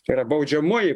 tai yra baudžiamoji